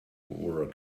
were